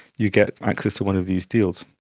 you get access to one of these deals.